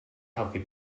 healthy